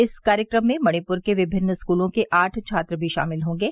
इस कार्यक्रम में मणिपुर के विभिन्न स्कूलों के आठ छात्र भी शामिल होंगे